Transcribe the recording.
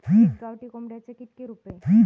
एका गावठी कोंबड्याचे कितके रुपये?